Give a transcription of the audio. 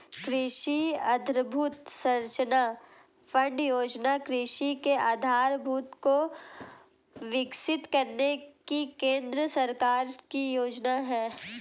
कृषि आधरभूत संरचना फण्ड योजना कृषि के आधारभूत को विकसित करने की केंद्र सरकार की योजना है